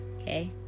Okay